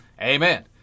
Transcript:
Amen